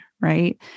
right